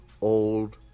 old